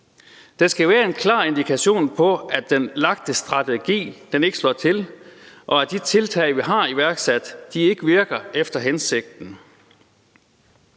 Der skal være en klar indikation af, at den lagte strategi ikke slår til, og at de tiltag, vi har iværksat, ikke virker efter hensigten.